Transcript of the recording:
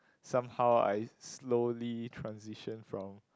somehow I slowly transition from